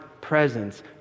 presence